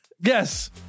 yes